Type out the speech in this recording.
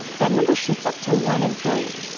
that number shoots up to one in three.